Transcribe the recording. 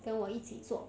跟我一起做